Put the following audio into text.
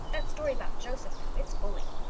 that story about joseph now it's bully.